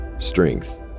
strength